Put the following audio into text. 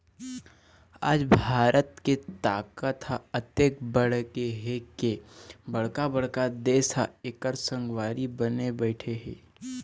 आज भारत के ताकत ह अतेक बाढ़गे हे के बड़का बड़का देश ह एखर संगवारी बने बइठे हे